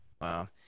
Wow